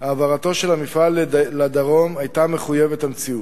העברתו של המפעל לדרום היתה מחויבת המציאות.